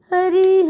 Hari